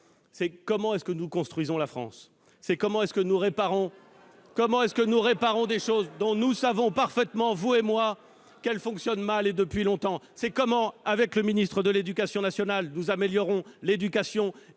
savoir comment nous construisons la France, comment nous réparons des choses dont nous savons parfaitement, vous et moi, qu'elles fonctionnent mal depuis longtemps, comment, avec M. le ministre de l'éducation nationale, nous améliorons l'éducation